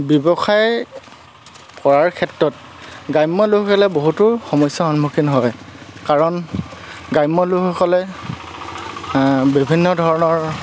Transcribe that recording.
ব্যৱসায় কৰাৰ ক্ষেত্ৰত গ্ৰাম্য লোকসকলে বহুতো সমস্যাৰ সন্মুখীন হয় কাৰণ গ্ৰাম্য লোকসকলে বিভিন্ন ধৰণৰ